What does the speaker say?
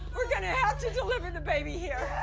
we're going to have to deliver the baby here.